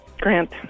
Grant